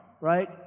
right